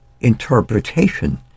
interpretation